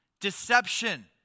Deception